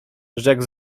rzekł